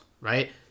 right